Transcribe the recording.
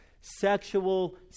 sexual